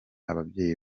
ababyeyi